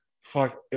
Fuck